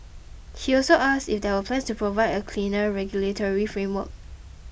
he also asked if there are plans to provide a clearer regulatory framework